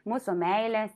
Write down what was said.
mūsų meilės